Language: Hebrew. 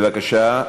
בבקשה,